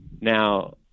Now